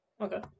Okay